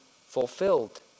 fulfilled